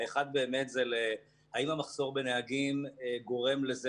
האחד באמת זה האם המחסור בנהגים גורם לזה